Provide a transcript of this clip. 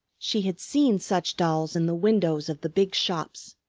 she had seen such dolls in the windows of the big shops.